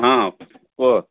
ହଁ କୁହ